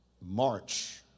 March